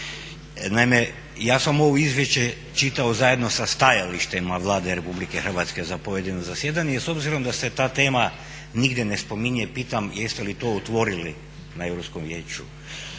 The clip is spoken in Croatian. Naime, ja sam ovo izvješće čitao zajedno sa stajalištem Vlade RH za pojedino zasjedanje i s obzirom da se ta tema nigdje ne spominje, pitam jest li to otvorili na Europskom vijeću